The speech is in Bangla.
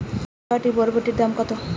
এক আঁটি বরবটির দাম কত?